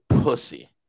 pussy